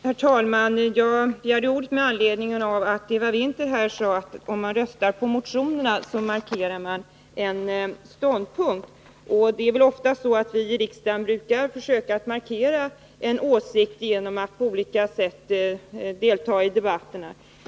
Herr talman! Jag begärde ordet med anledning av att Eva Winther här sade att om man röstar på motionerna markerar man en ståndpunkt. Det är väl ofta så, att vi i riksdagen försöker markera en åsikt genom att på olika sätt delta i debatterna.